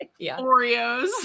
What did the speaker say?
Oreos